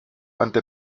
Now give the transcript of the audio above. ante